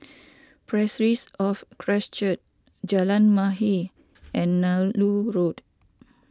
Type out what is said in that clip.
Parish of Christ Church Jalan Mahir and Nallur Road